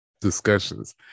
discussions